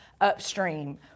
upstream